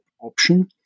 option